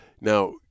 Now